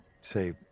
say